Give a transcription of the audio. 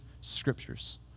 scriptures